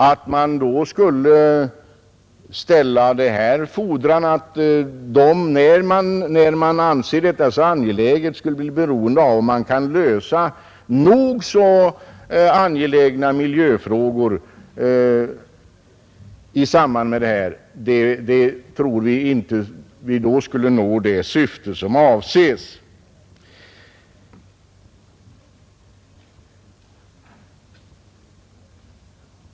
Vi tror inte att man genom att ställa kravet att investeringarna, när man anser att de är så angelägna, skulle bli beroende av om man kan lösa nog så angelägna miljöfrågor i samband med det här, skulle nå det syfte som avses.